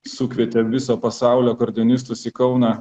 sukvietė viso pasaulio akordeonistus į kauną